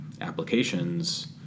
applications